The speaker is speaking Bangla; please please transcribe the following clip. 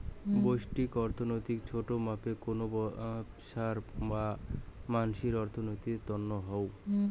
ব্যষ্টিক অর্থনীতি ছোট মাপে কোনো ব্যবছার বা মানসির অর্থনীতির তন্ন হউ